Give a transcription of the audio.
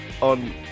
on